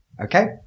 Okay